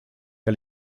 que